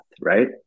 right